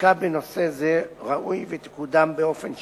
חקיקה בנושא זה ראוי שתקודם באופן שקול,